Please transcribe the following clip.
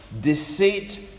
deceit